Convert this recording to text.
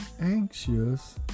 anxious